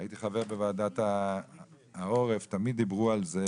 שהייתי חבר בוועדת העורף ותמיד דיברו על זה